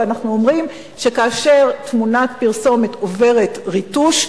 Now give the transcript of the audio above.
ואנחנו אומרים שכאשר תמונת פרסומת עוברת ריטוש,